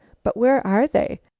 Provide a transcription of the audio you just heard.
but where are they?